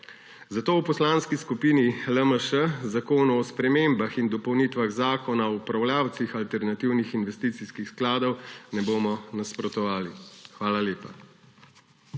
Zato v Poslanski skupini LMŠ Predlogu zakona o spremembah in dopolnitvah Zakona o upravljavcih alternativnih investicijskih skladov ne bomo nasprotovali. Hvala lepa.